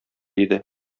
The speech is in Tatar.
иде